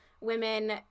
women